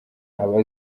aba